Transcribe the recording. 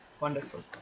Wonderful